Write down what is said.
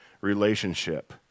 relationship